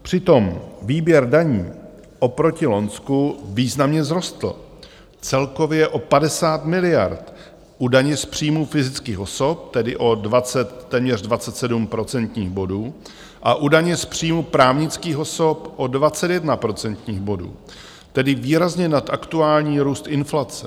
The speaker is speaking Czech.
Přitom výběr daní oproti loňsku významně vzrostl, celkově o 50 miliard u daně z příjmů fyzických osob, tedy o téměř 27 procentních bodů, a u daně z příjmů právnických osob o 21 procentních bodů, tedy výrazně nad aktuální růst inflace.